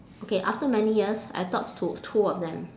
okay after many years I talked to two of them